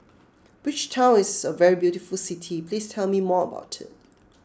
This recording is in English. Bridgetown is a very beautiful city please tell me more about it